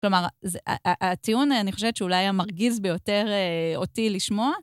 כלומר, הטיעון אני חושבת שאולי היה מרגיז ביותר אותי לשמוע.